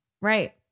Right